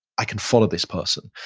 i can follow this person.